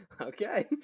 Okay